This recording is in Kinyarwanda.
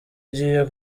igiye